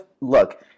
Look